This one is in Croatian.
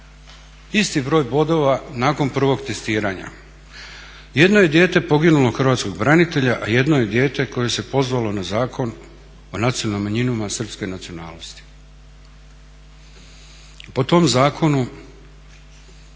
isti broj bodova nakon prvog testiranja. Jedno je dijete poginulog hrvatskog branitelja, a jedno je dijete koje se pozvalo na Zakon o nacionalnim manjinama srpske nacionalnosti. Po tom zakonu